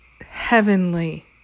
heavenly